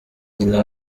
nyina